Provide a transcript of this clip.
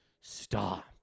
Stop